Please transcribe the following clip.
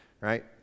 right